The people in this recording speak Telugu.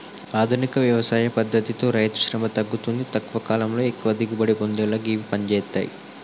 ఆధునిక వ్యవసాయ పద్దతితో రైతుశ్రమ తగ్గుతుంది తక్కువ కాలంలో ఎక్కువ దిగుబడి పొందేలా గివి పంజేత్తయ్